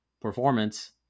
performance